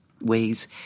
ways